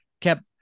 kept